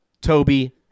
Toby